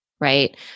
right